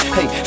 Hey